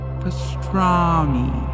pastrami